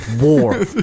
war